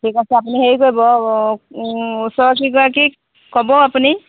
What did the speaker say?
ঠিক আছে আপুনি হেৰি কৰিব ওচৰৰকেইগৰাকীক ক'ব আপুনি